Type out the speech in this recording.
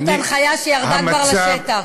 זאת ההנחיה שירדה כבר לשטח.